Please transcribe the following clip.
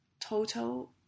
total